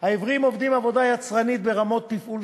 העיוורים עובדים עבודה יצרנית ברמות תפעול